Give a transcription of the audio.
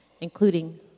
including